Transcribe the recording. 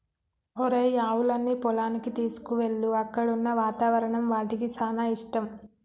ఒరేయ్ ఆవులన్నీ పొలానికి తీసుకువెళ్ళు అక్కడున్న వాతావరణం వాటికి సానా ఇష్టం